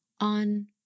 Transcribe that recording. On